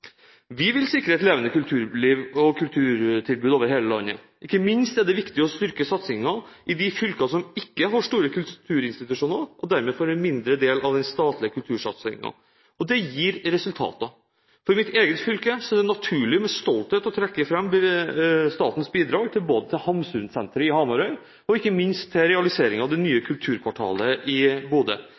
Vi vil sikre et levende kulturliv og kulturtilbud over hele landet. Ikke minst er det viktig å styrke satsingen i de fylkene som ikke har store kulturinstitusjoner, og dermed får en mindre del av den statlige kultursatsingen. Og det gir resultater. For mitt eget fylke er det naturlig med stolthet å trekke fram statens bidrag til både Hamsunsenteret i Hamarøy og ikke minst realiseringen av det nye kulturkvartalet i Bodø.